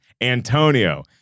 Antonio